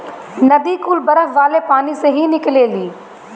नदी कुल बरफ वाले पानी से ही निकलेली